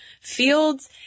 fields